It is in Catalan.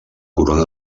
corona